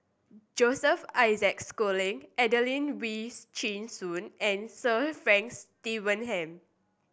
Joseph Isaac Schooling Adelene Wees Chin Suan and Sir Frank Swettenham